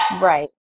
Right